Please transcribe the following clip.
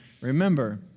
remember